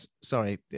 sorry